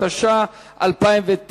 התש"ע 2009,